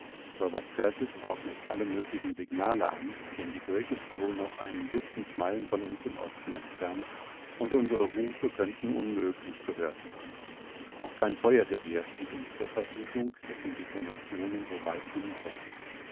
robert kurtis ordnet alle möglichen signale an denn die brigg ist wohl noch ein dutzend meilen von uns im osten entfernt und unsere rufe könnten unmöglich gehört werden auch kein feuergewehr steht uns zur verfügung dessen detonationen so weit hin drängen